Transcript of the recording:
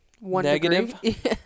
negative